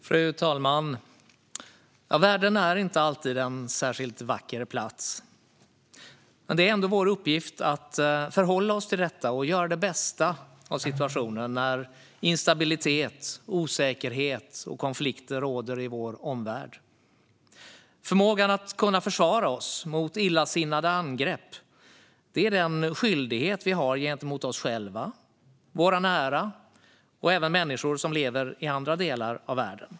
Fru talman! Världen är inte alltid en särskilt vacker plats. Men det är ändå vår uppgift att förhålla oss till denna plats och göra det bästa av situationen när instabilitet, osäkerhet och konflikter råder i vår omvärld. Förmågan att försvara oss mot illasinnade angrepp är den skyldighet vi har gentemot oss själva, våra nära och även människor som lever i andra delar av världen.